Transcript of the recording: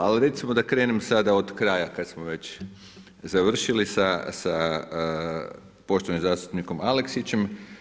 Ali, recimo da krenem sada od kraja, kada smo već završili sa poštovanom zastupnikom Aleksićem.